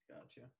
gotcha